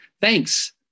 thanks